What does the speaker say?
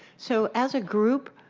so, as a group,